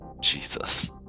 Jesus